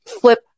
flip